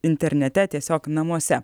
internete tiesiog namuose